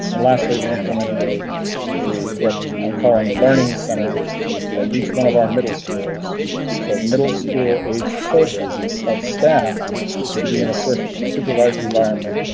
and lastly, we implemented a a. i'm calling learning center at each one of our middle schools for middle school aged children of staff to be in a surface supervised environment.